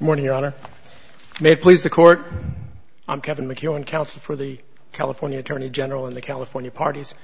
morning your honor may please the court i'm kevin mckeown counsel for the california attorney general in the california party's